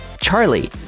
Charlie